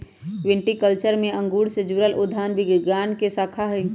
viticulture में अंगूर से जुड़ल उद्यान विज्ञान के शाखा हई